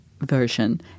version